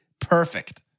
perfect